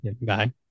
Bye